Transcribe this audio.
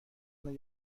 منو